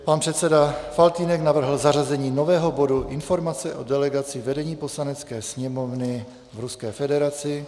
Pan předseda Faltýnek navrhl zařazení nového bodu Informace o delegaci vedení Poslanecké sněmovny v Ruské federaci.